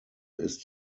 ist